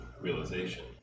realization